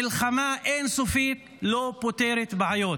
מלחמה אין-סופית לא פותרת בעיות.